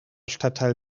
stadtteil